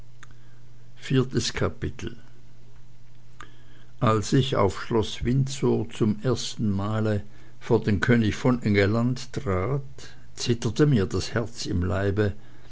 rat iv als ich auf schloß windsor zum ersten male vor den könig von engelland trat zitterte mir das herz im leibe